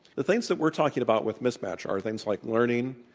the things that we're talking about with mismatch are things like learning,